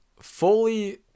fully